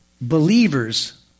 believers